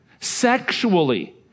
sexually